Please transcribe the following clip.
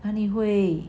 哪里会